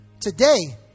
Today